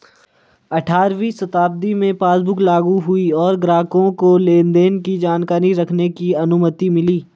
अठारहवीं शताब्दी में पासबुक लागु हुई और ग्राहकों को लेनदेन की जानकारी रखने की अनुमति मिली